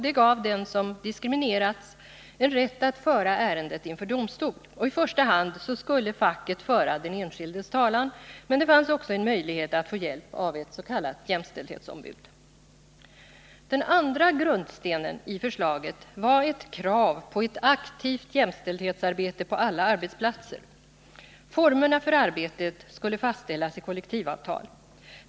Det gav den som diskriminerats rätt att föra ärendet till domstol. I första hand skulle facket föra den enskildes talan. Men det fanns också en möjlighet att få hjälp av ett s.k. jämställdhetsombud. Den andra grundstenen i förslaget var ett krav på ett aktivt jämställdhetsarbete på alla arbetsplatser. Formerna för arbetet skulle fastställas i kollektivavtal.